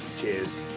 Cheers